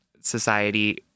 society